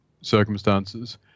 circumstances